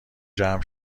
جمع